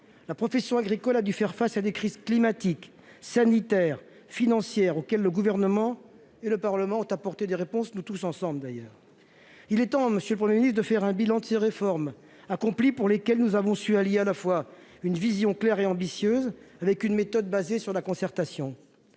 la profession agricole a dû faire face à des crises climatiques, sanitaires financières auxquelles le gouvernement et le Parlement ont apporté des réponses nous tous ensemble d'ailleurs, il est temps Monsieur le 1er ministre de faire un bilan qui réformes accomplies pour lesquels nous avons su allier à la fois une vision claire et ambitieuse, avec une méthode basée sur la concertation,